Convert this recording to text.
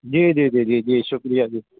جی جی جی جی جی شکریہ جی